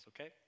okay